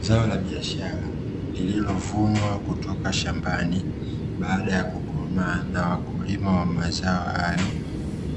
zao la biashara lililovunwa kutoka shambani baada ya kukomaa na wakulima wa mazao hayo